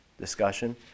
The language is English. discussion